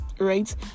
right